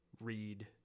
read